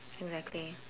exactly